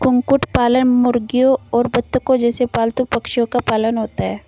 कुक्कुट पालन मुर्गियों और बत्तखों जैसे पालतू पक्षियों का पालन होता है